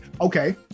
Okay